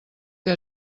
que